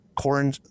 corn